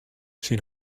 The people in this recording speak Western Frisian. syn